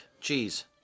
cheese